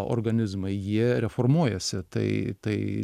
organizmai jie reformuojasi tai tai